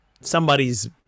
somebody's